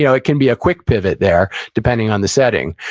you know it can be a quick pivot there, depending on the setting.